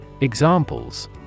Examples